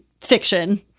fiction